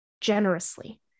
generously